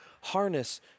harness